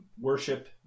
worship